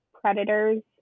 predators